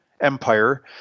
Empire